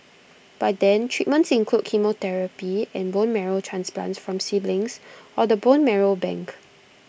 by then treatments include chemotherapy and bone marrow transplants from siblings or the bone marrow bank